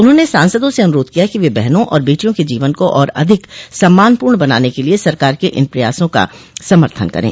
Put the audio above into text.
उन्होंने सांसदों से अनुरोध किया कि वे बहनों और बेटियों के जीवन को और अधिक सम्मानपूर्ण बनाने के लिए सरकार के इन प्रयासों का समर्थन करें